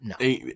No